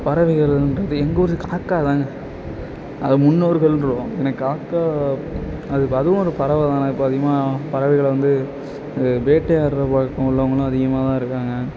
பறவைகளுன்றது எங்கள் ஊர் காக்கா தாங்க அது முன்னோர்கள்னுறுவோம் ஏனால் காக்கா அது ப அதுவும் ஒரு பறவை தானே இப்போ அதிகமாக பறவைகளை வந்து வேட்டையாடுகிற பழக்கம் உள்ளவங்களும் அதிகமாக தான் இருக்காங்க